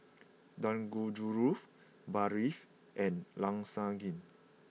Dangojiru Barfi and Lasagne